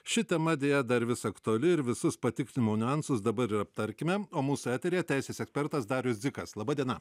ši tema deja dar vis aktuali ir visus patikrinimo niuansus dabar ir aptarkime o mūsų eteryje teisės ekspertas darius dzikas laba diena